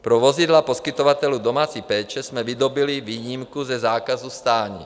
Pro vozidla poskytovatelů domácí péče jsme vydobyli výjimku ze zákazu stání.